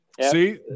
See